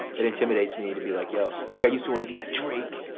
it intimidates me to be like, yo, like i used to and to be like drake,